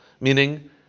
Meaning